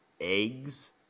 eggs